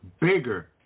bigger